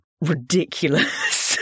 ridiculous